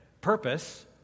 purpose